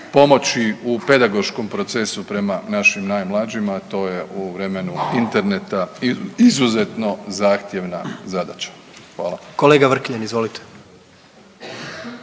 pomoći u pedagoškom procesu prema našim najmlađima, a to je u vremenu interneta izuzetno zahtjevna zadaća. Hvala. **Jandroković, Gordan